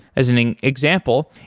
as an an example,